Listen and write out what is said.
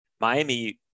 miami